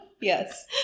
Yes